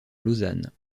lausanne